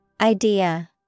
Idea